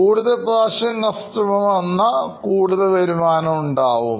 കൂടുതൽ പ്രാവശ്യം കസ്റ്റമർ വന്നാൽ കൂടുതൽ വരുമാനം ഉണ്ടാവും